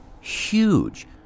huge